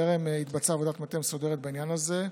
טרם התבצעה עבודת מטה מסודרת בעניין הזה,